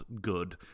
good